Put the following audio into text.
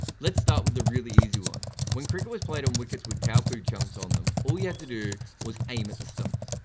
let's start with the really easy one when cricket was played on wickets with cow poo chunks on them, all you had to do was aim at the stumps.